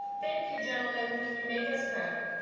thank you gentlemen. you make us proud.